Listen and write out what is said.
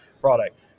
product